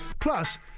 Plus